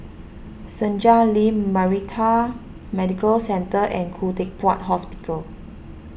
Senja Link Maritime Medical Centre and Khoo Teck Puat Hospital